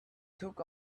took